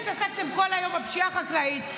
שהתעסקתם כל היום בפשיעה החקלאית,